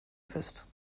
fest